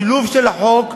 השילוב של החוק,